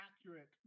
accurate